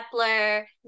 Kepler